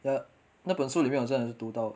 the 那本书里面好像有读到